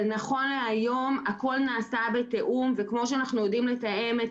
נכון להיום הכול נעשה בתיאום וכמו שאנחנו יודעים לתאם את